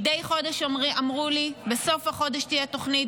מדי חודש אמרו לי: בסוף החודש תהיה תוכנית,